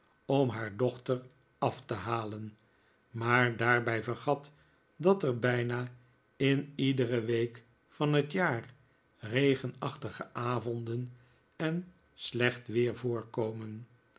om haar dochter af te halen maar daarbij yergat dat er bijna in iedere week van het jaar regenachtige avonden en slecht weer